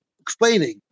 explaining